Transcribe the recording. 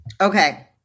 Okay